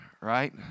right